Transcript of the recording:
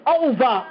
over